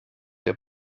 der